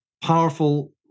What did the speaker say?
powerful